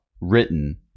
written